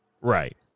Right